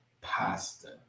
pasta